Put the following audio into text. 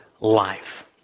life